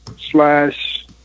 slash